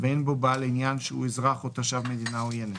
ואין בו בעל עניין שהוא אזרח או תושב מדינה עוינת,